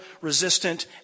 resistant